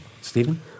Stephen